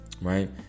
Right